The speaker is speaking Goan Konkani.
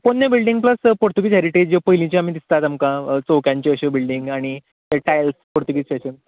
पोरण्यो बिल्डींग्स प्लस पुर्तूगीज हॅरिेटेज ज्यो पयलिंच्यो दिसतात आमकां चौक्यांच्यो अश्यो बिल्डींग आनी टायल्स पुर्तूगीजां भशेन